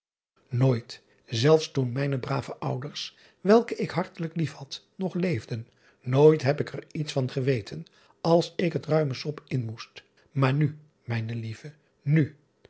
ooit zelfs toen mijne brave ouders welke ik hartelijk lief had nog leefden nooit heb ik er iets van geweten als ik het ruime sop in moest maar nu mijne lieve nu